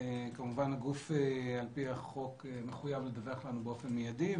הגוף על פי החוק מחויב לדווח לנו באופן מידי.